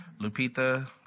Lupita